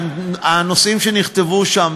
הנושאים שנכתבו שם,